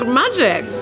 magic